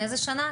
מאיזה שנה?